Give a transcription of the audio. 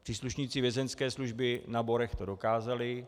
Příslušníci vězeňské služby na Borech to dokázali.